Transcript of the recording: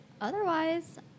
otherwise